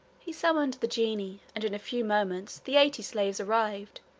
he summoned the genie, and in a few moments the eighty slaves arrived,